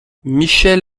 michel